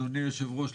אדוני היושב-ראש,